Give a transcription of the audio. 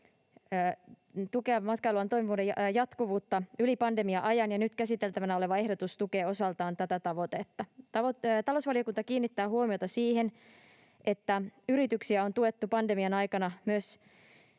tukea matkailualan toimivuuden jatkuvuutta yli pandemia-ajan, ja nyt käsiteltävänä oleva ehdotus tukee osaltaan tätä tavoitetta. Talousvaliokunta kiinnittää huomiota siihen, että yrityksiä on tuettu pandemian aikana myös